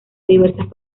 diversas